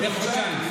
לחודשיים.